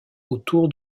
autour